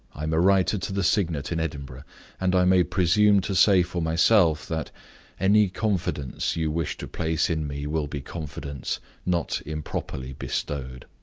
i am a writer to the signet in edinburgh and i may presume to say for myself that any confidence you wish to place in me will be confidence not improperly bestowed.